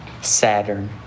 Saturn